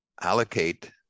allocate